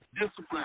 discipline